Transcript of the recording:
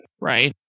Right